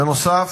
בנוסף,